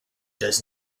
does